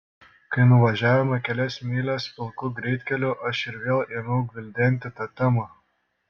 kai nuvažiavome kelias mylias pilku greitkeliu aš ir vėl ėmiau gvildenti tą temą